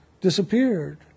disappeared